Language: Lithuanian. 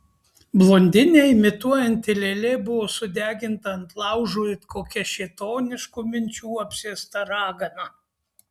blondinę imituojanti lėlė buvo sudeginta ant laužo it kokia šėtoniškų minčių apsėsta ragana